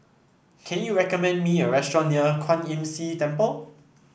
can you recommend me a restaurant near Kwan Imm See Temple